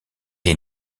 est